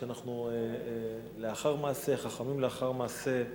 כשאנחנו חכמים לאחר מעשה,